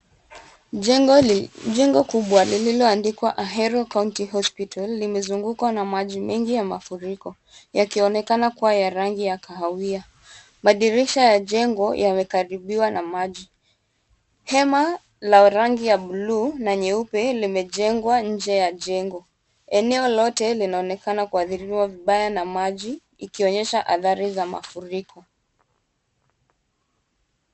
Jengo, jengo kubwa lililoandikwa Ahero County Hospital, limezungukwa na maji mengi ya mafuriko. Yakionekana kuwa ya rangi ya kahawia. Madirisha ya jengo yamekaribiwa na maji. Hema la rangi ya buluu na nyeupe limejengwa nje ya jengo. Eneo lote linaonekana kuathiriwa vibaya na maji ikionyesha athari za mafuriko.